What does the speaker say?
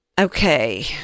okay